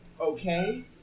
okay